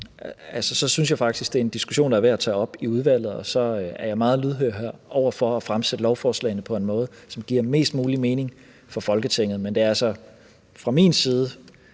det er en diskussion, der er værd at tage op i udvalget. Og så er jeg meget lydhør over for at fremsætte lovforslagene på en måde, som giver mest mulig mening for Folketinget. Men det er altså fra min side